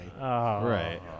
Right